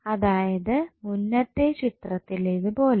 അതായത് മുന്നത്തെ ചിത്രത്തിലേതുപോലെ